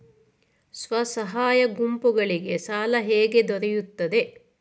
ಸ್ವಸಹಾಯ ಗುಂಪುಗಳಿಗೆ ಸಾಲ ಹೇಗೆ ದೊರೆಯುತ್ತದೆ?